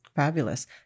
Fabulous